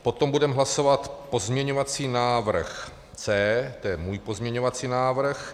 Potom budeme hlasovat pozměňovací návrh C, to je můj pozměňovací návrh.